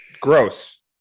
Gross